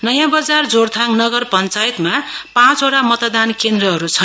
नयाँ बजार जोरथाङ नगर पञ्चायतमा पाँचवटा मतदान केन्द्रहरू छन्